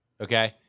Okay